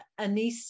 Anissa